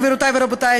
גבירותי ורבותי,